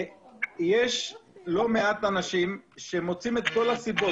יש לא מעט אנשים שמוצאים את כל הסיבות.